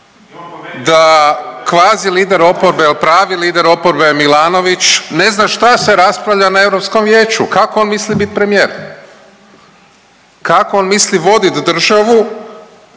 da kvazilider oporbe i pravi lider oporbe je Milanović, ne zna šta se raspravlja na EV-u, kako on misli biti premijer? Kako on misli voditi državu